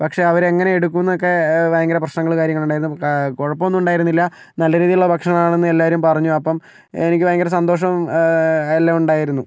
പക്ഷെ അവർ എങ്ങനെ എടുക്കുമെന്നൊക്കെ ഭയങ്കര പ്രശ്നങ്ങൾ കാര്യങ്ങൾ ഉണ്ടായിരുന്നു കുഴപ്പമൊന്നും ഉണ്ടായിരുന്നില്ല നല്ല രീതിയിലുള്ള ഭക്ഷണം ആണെന്ന് എല്ലാവരും പറഞ്ഞു അപ്പം എനിക്ക് ഭയങ്കര സന്തോഷും എല്ലാം ഉണ്ടായിരുന്നു